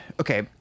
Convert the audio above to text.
okay